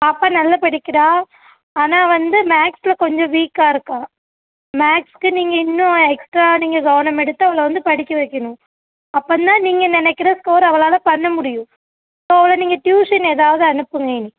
பாப்பா நல்லா படிக்கிறா ஆனால் வந்து மேக்ஸில் கொஞ்சம் வீக்காக இருக்கா மேக்ஸ்க்கு நீங்கள் இன்னும் எக்ஸ்ட்டா நீங்கள் கவனம் எடுத்து அவளை வந்து படிக்க வைக்கணும் அப்போந்தான் நீங்கள் நினைக்கிற ஸ்கோர் அவளால் பண்ண முடியும் ஸோ அவளை நீங்கள் ட்யூஷன் ஏதாவது அனுப்புங்க இனி